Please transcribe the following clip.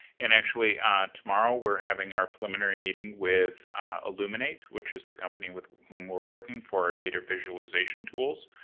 and actually tomorrow we're having our preliminary meeting with illuminate, which is the company with whom we're working for our data visualization tools.